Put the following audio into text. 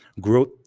Growth